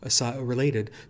related